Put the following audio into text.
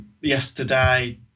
yesterday